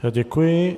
Já děkuji.